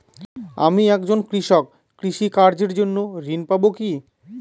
আমি একজন কৃষক কৃষি কার্যের জন্য ঋণ পাব কি?